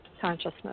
consciousness